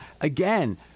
again